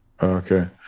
Okay